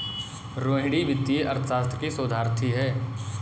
रोहिणी वित्तीय अर्थशास्त्र की शोधार्थी है